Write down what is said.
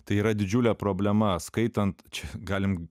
tai yra didžiulė problema skaitant čia galim